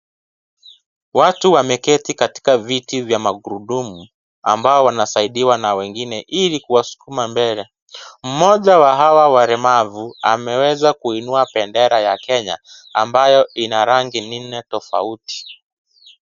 Watu wameketi katika viti vya magurudumu ambao wanasaidiwa na wengine ili kuwasukuma mbele, moja wa hawa walemavu ameweza kuinua bendera ya Kenya, ambayo ina rangi nne tofauti.